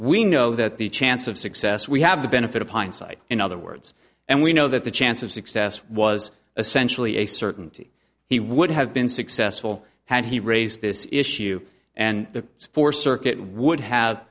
we know that the chance of success we have the benefit hindsight in other words and we know that the chance of success was essentially a certainty he would have been successful had he raised this issue and the four circuit would have